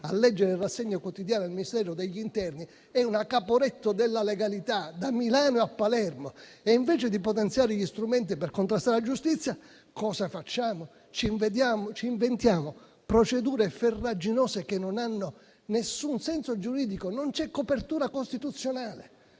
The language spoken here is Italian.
a leggere la rassegna quotidiana del Ministero dell'interno, è una Caporetto della legalità, da Milano a Palermo. Invece di potenziare gli strumenti per la giustizia, cosa facciamo? Ci inventiamo procedure farraginose che non hanno alcun senso giuridico. Non c'è copertura costituzionale